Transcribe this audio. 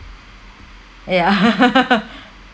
yeah